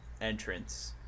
entrance